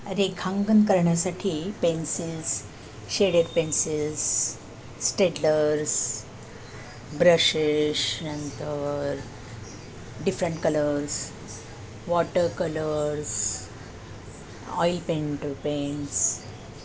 रेखांकन करण्यासाठी pencils shaded pencils Staedtlers brushes नंतर different colours water colours oil paint pens